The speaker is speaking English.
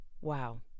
Wow